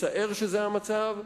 מצער שזה המצב,